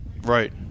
Right